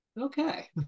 Okay